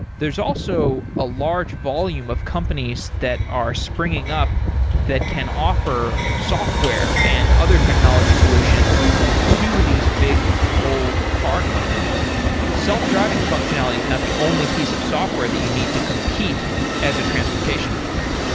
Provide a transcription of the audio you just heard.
there's also a large volume of companies that are springing up that can offer software and other technology solutions to these big old car companies self-driving functionality is not the only piece of software that you need to compete as a transportation company.